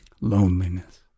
loneliness